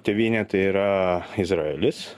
tėvynė tai yra izraelis